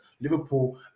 Liverpool